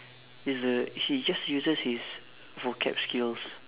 is the he just uses his vocab skills